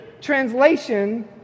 translation